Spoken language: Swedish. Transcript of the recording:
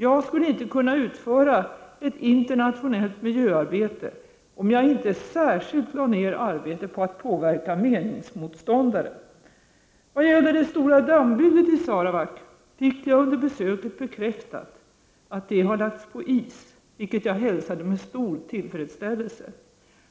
Jag skulle inte kunna utföra ett internationellt miljöarbete om jag inte särskilt lade ned arbete på att påverka meningsmotståndare. Vad gäller det stora dammbygget i Sarawak, fick jag under besöket bekräftat att det har lagts på is, vilket jag hälsade med stor tillfredsställelse.